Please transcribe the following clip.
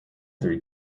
three